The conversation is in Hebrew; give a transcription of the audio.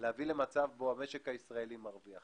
להביא למצב בו המשק הישראלי מרוויח.